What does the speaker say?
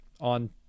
on